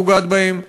שפוגעת בהם,